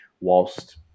whilst